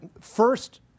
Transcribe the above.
first